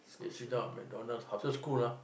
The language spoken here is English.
they sit down at McDonalds after school ah